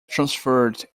transferred